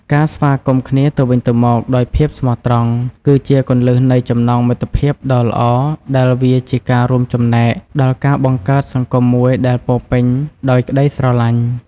ការស្វាគមន៍គ្នាទៅវិញទៅមកដោយភាពស្មោះត្រង់ជាគន្លឹះនៃចំណងមិត្តភាពដ៏ល្អ ដែលវាជាការរួមចំណែកដល់ការបង្កើតសង្គមមួយដែលពោរពេញដោយក្តីស្រឡាញ់។